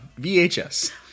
VHS